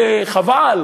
וחבל,